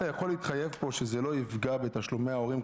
אתה יכול להתחייב פה שזה לא יפגע בתשלומי ההורים?